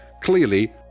Clearly